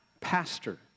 pastor